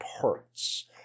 parts